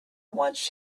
once